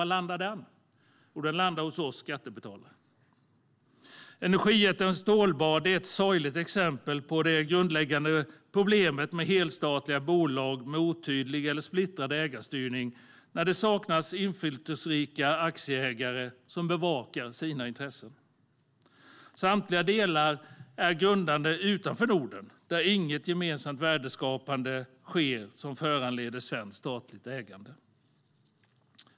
Jo, hos oss skattebetalare. Energijättens stålbad är ett sorgligt exempel på det grundläggande problemet med helstatliga bolag som har en otydlig eller splittrad ägarstyrning där det saknas inflytelserika aktieägare som bevakar sina intressen. Samtliga delar är grundade utanför Norden, där inget gemensamt värdeskapande sker som föranleder svenskt statligt ägande.